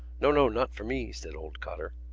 no, no, not for me, said old cotter.